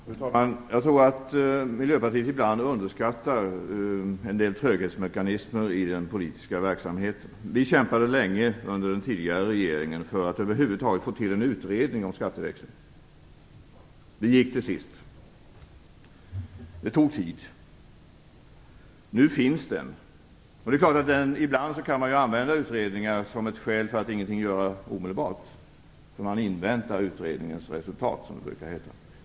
Fru talman! Jag tror att Miljöpartiet ibland underskattar en del tröghetsmekanismer i den politiska verksamheten. Vi kämpade länge under den tidigare regeringen för att över huvud taget få till en utredning om skatteväxling. Det gick till sist. Det tog tid. Nu finns den. Ibland kan man använda utredningar som ett skäl för att ingenting göra omedelbart. Man inväntar utredningens resultat, som det brukar heta.